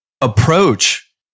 approach